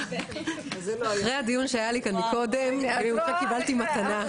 אחרי הדיון שהיה לי כאן קודם, קיבלתי מתנה.